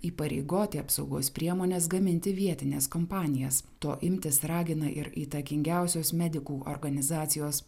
įpareigoti apsaugos priemones gaminti vietines kompanijas to imtis ragina ir įtakingiausios medikų organizacijos